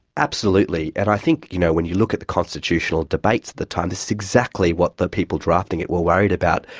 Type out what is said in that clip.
absolutely, and i think you know when you look at the constitutional debates at the time, this is exactly what the people drafting it were worried about.